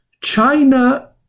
China